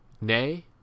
nay